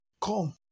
Come